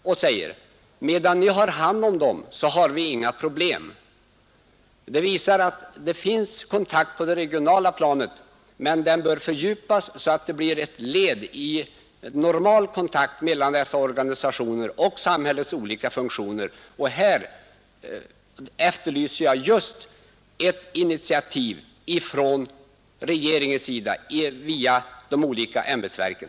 Han sade vidare: ”Medan ni har hand om dem har vi inga problem.” Detta visar att det finns kontakt på det regionala planet. Men den bör fördjupas så att den blir ett led i normal kontakt mellan dessa organisationer och samhällets olika funktioner. Härvidlag efterlyser jag just ett initiativ från regeringens sida via de olika ämbetsverken.